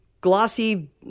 glossy